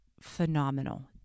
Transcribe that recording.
phenomenal